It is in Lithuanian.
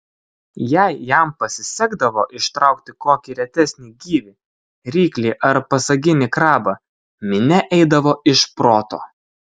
jei jam pasisekdavo ištraukti kokį retesnį gyvį ryklį ar pasaginį krabą minia eidavo iš proto